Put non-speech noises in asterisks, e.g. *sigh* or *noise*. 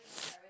*noise*